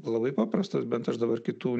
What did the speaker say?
labai paprastas bet aš dabar kitų